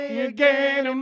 again